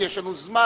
כי יש לנו זמן,